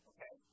Okay